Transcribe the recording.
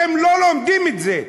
אתם לא לומדים את זה.